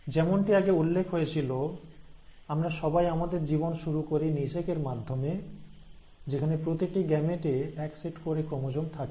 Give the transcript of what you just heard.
যেমনটি আগে উল্লেখ হয়েছিল আমরা সবাই আমাদের জীবন শুরু করি নিষেকের মাধ্যমে যেখানে প্রতিটি গ্যামেট এ এক সেট করে ক্রোমোজোম থাকে